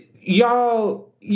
y'all